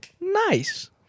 Nice